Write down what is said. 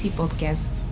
podcast